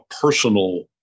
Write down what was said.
personal